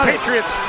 Patriots